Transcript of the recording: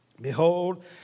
Behold